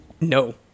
no